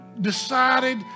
decided